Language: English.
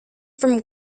from